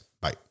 Bye